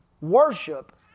worship